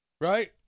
right